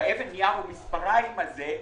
באבן נייר ומספרים הזה,